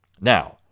Now